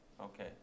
Okay